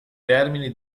termini